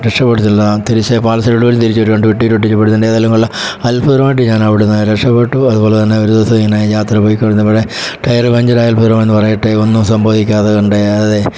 രക്ഷപെടുത്തുക അല്ല തിരിച്ച് പാളിച്ചകളോടെ തിരിച്ച് രണ്ട് പെട്ടിയിലൊട്ടിക്കുക പെടും എന്തായാലും കൊള്ളാം അത്ഭുതകരമായിട്ട് ഞാൻ അവിടുന്ന് രക്ഷപെട്ടു അതുപോലെ തന്നെ ഒരു ദിവസം ഇങ്ങനെ യാത്ര പോയിക്കോണ്ടിരുന്നപ്പോൾ ടയർ പഞ്ചർ ആയി അത്ഭുതകരം എന്ന് പറയട്ടെ ഒന്നും സംഭവിക്കാതെ കണ്ടേ അതേ